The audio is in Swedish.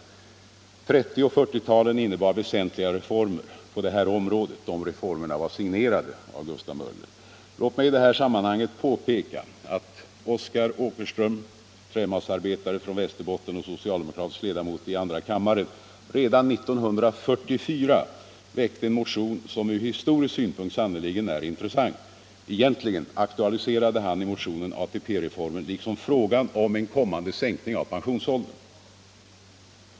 1930 och 40-talen innebar väsentliga reformer på detta område. De reformerna var signerade av Gustav Möller. Låt mig i detta sammanhang påpeka att Oskar Åkerström, trämassearbetare från Västerbotten och socialdemokratisk ledamot i andra kammaren, redan 1944 väckte en motion som ur historisk synpunkt sannerligen är intressant. Egentligen aktualiserade han i motionen ATP-reformen liksom frågan om en kommande sänkning av pensionsåldern.